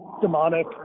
demonic